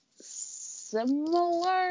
similar